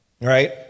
Right